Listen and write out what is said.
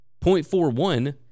0.41